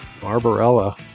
Barbarella